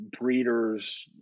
breeders